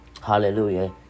Hallelujah